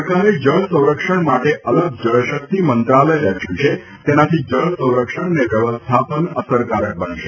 સરકારે જળ સંરક્ષણ માટે અલગ જળશક્તિ મંત્રાલય રચ્યુ છે તેનાથી જળસંરક્ષણ અને વ્યવસ્થાપન અસરકારક બનશે